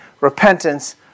repentance